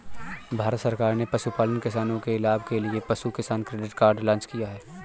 भारत सरकार ने पशुपालन किसानों के लाभ के लिए पशु किसान क्रेडिट कार्ड लॉन्च किया